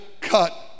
cut